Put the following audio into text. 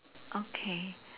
okay